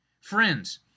Friends